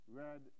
red